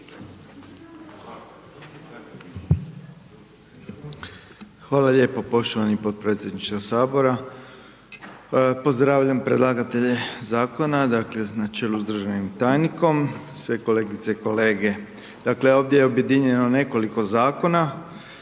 Hvala lijepo poštovani potpredsjedniče Sabora. Pozdravljam predlagatelje Zakona, dakle, na čelu sa državnim tajnikom, sve kolegice i kolege. Dakle, ovdje je objedinjeno nekoliko Zakona